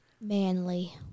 manly